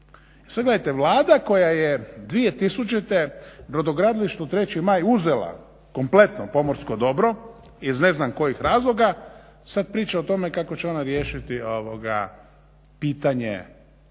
sada gledajte Vlada koja je 2000.brodogradilištu 3.maj uzela kompletno pomorsko dobro iz ne znam koji razloga sada priča o tome kako će ona riješiti pitanje